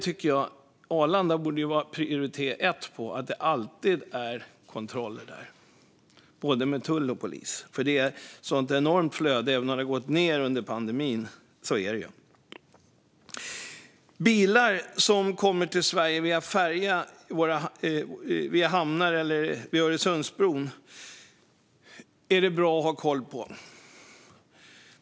Arlanda borde det ju vara prioritet ett på, så att det alltid är kontroller där med både tull och polis. Det är nämligen ett så enormt flöde, även om det har gått ned under pandemin. Bilar som kommer till Sverige via färja till våra hamnar eller via Öresundsbron är det bra att ha koll på.